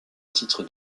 titre